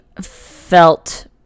felt